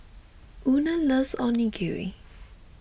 Una loves Onigiri